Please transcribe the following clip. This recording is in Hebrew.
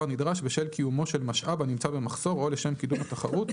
נדרש בשל קיומו של משאב הנמצא במחסור או לשם קידום התחרות,